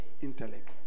intellect